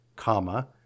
Comma